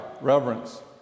reverence